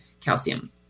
calcium